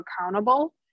accountable